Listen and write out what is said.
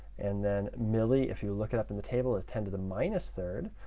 and then milli, if you look it up in the table, is ten to the minus third,